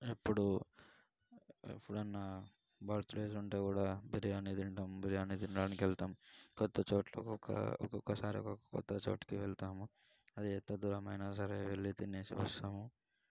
ఇప్పుడు ఎప్పుడన్నా బర్తడేలు ఉంటే కూడా బిర్యానీ తింటాం బిర్యానీ తినడానికి వెళ్తాం కొత్త చోట్లకి ఒక ఒక్కొక్కసారి ఒక్కొక్క కొత్త చోటకి వెళ్తాం అది ఎంత దూరమైన సరే వెళ్ళి తిని వస్తాం